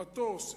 המטוס,